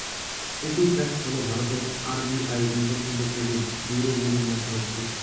Equifax হল ভারতের RBI নিবন্ধিত ক্রেডিট ব্যুরোগুলির মধ্যে একটি